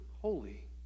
holy